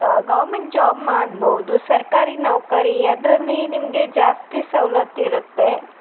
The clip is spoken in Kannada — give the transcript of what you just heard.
ಗೌರ್ಮೆಂಟ್ ಜಾಬ್ ಮಾಡ್ಬೋದು ಸರ್ಕಾರಿ ನೌಕರಿ ಅದರಲ್ಲಿ ನಿಮಗೆ ಜಾಸ್ತಿ ಸೌಲತ್ತು ಇರುತ್ತೆ